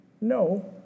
No